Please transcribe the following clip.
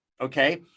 okay